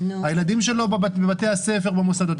הילדים שלו בבתי הספר במוסדות,